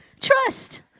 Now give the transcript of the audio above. Trust